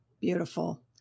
Beautiful